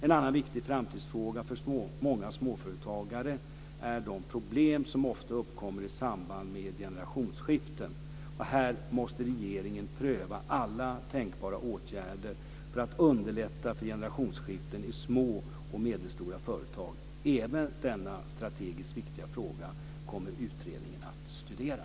En annan viktig framtidsfråga för många småföretagare är de problem som ofta uppkommer i samband med generationsskiften. Här måste regeringen pröva alla tänkbara åtgärder för att underlätta för generationsskiften i små och medelstora företag. Även denna strategiskt viktiga fråga kommer utredningen att studera.